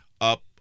up